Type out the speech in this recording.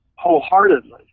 wholeheartedly